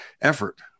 effort